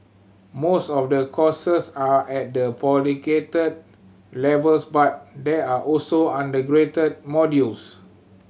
most of the courses are at the postgraduate levels but there are also undergraduate modules